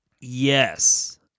yes